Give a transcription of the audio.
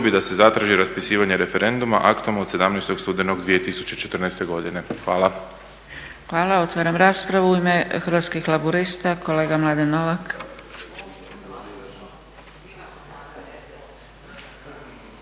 da se zatraži raspisivanje referenduma aktom od 17. studenog 2014. godine.". Hvala. **Zgrebec, Dragica (SDP)** Hvala. Otvaram raspravu. U ime Hrvatskih laburista kolega Mladen Novak.